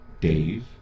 Dave